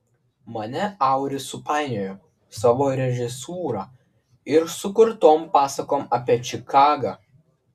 mane auris supainiojo savo režisūra ir sukurtom pasakom apie čikagą